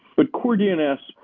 but core dns,